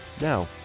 Now